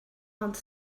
ond